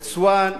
את אסואן.